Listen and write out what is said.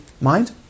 mind